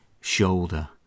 shoulder